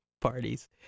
parties